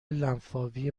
لنفاوی